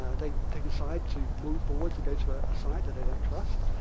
ah they they decide to move forward to go to ah a site that they don't trust,